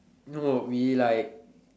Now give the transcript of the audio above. no we like